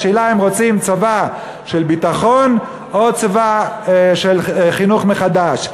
השאלה אם רוצים צבא של ביטחון או צבא של חינוך מחדש.